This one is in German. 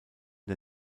der